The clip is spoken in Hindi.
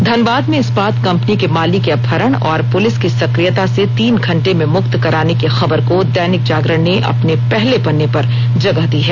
धनबाद में इस्पात कम्पनी के मालिक के अपहरण और पुलिस की सक्रियता से तीन घंटे में मुक्त कराने की खबर को दैनिक जागरण ने अपने पहले पन्ने पर जगह दी है